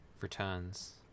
returns